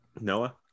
Noah